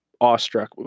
awestruck